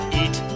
eat